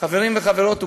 חברים וחברות,